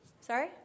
Sorry